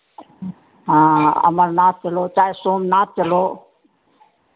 हाँ अमरनाथ चलो चाहे सोमनाथ चलो